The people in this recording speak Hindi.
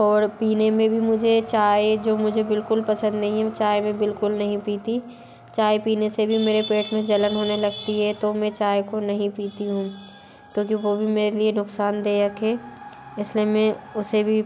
और पीने में भी मुझे चाय जो मुझे बिल्कुल पसंद नहीं है चाय मैं बिल्कुल नहीं पीती चाय पीने से भी मेरे पेट में जलन होने लगती है तो मे चाय को नहीं पीती हूँ क्योंकि वो भी मेरे लिए नुक़सानदायक है इस लिए मैं उसे भी